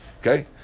okay